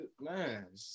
man